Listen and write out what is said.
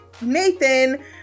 Nathan